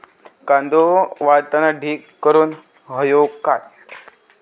कांदो वाळवताना ढीग करून हवो काय?